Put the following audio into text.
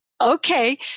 Okay